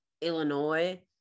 Illinois